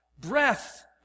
breath